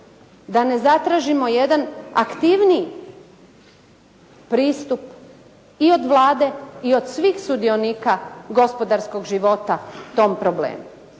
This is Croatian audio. da ne zatražimo jedan aktivniji pristup i od Vlade i od svih sudionika gospodarskog života tom problemu.